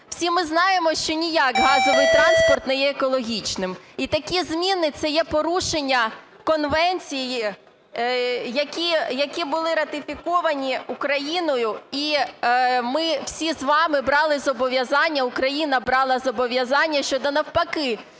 Всі ми знаємо, що ніяк газовий транспорт не екологічний. І такі зміни – це є порушення конвенцій, які були ратифіковані Україною, і ми всі з вами брали зобов'язання, Україна брала зобов'язання щодо навпаки